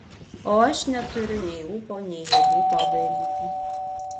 o aš neturiu nei ūpo nei jėgų to daryti